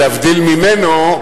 להבדיל ממנו,